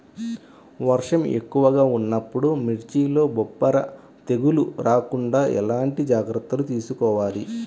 వర్షం ఎక్కువగా ఉన్నప్పుడు మిర్చిలో బొబ్బర తెగులు రాకుండా ఎలాంటి జాగ్రత్తలు తీసుకోవాలి?